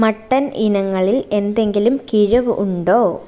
mutton ഇനങ്ങളിൽ എന്തെങ്കിലും കിഴിവ് ഉണ്ടോ